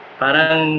parang